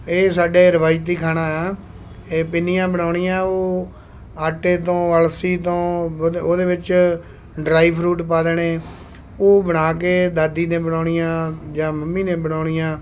ਇਹ ਸਾਡੇ ਰਿਵਾਇਤੀ ਖਾਣਾ ਆ ਇਹ ਪਿੰਨੀਆਂ ਬਣਾਉਣੀਆਂ ਉਹ ਆਟੇ ਤੋਂ ਅਲਸੀ ਤੋਂ ਉਹਦੇ ਵਿੱਚ ਡਰਾਈ ਫਰੂਟ ਪਾ ਦੇਣੇ ਉਹ ਬਣਾ ਕੇ ਦਾਦੀ ਨੇ ਬਣਾਉਣੀਆਂ ਜਾਂ ਮੰਮੀ ਨੇ ਬਣਾਉਣੀਆਂ